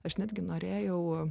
aš netgi norėjau